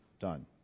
done